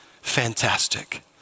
fantastic